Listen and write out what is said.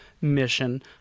mission